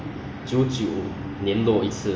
then 那个 andy darren jasper eh